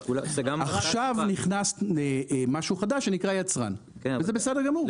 עכשיו נכנס משהו חדש שנקרא יצרן וזה בסדר גמור.